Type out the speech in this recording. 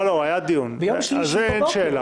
היה דיון, על זה אין שאלה.